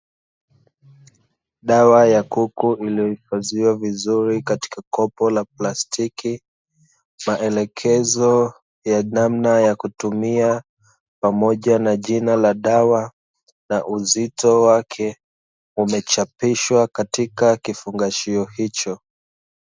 Dawa ya kuku iliyohifadhiwa vizuri katika kopo la plastiki, maelekezo ya namna ya kutumia pamoja na jina la dawa na uzito wake umechapishwa katika kifungashio hicho.